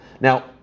Now